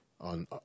on